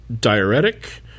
diuretic